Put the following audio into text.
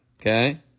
okay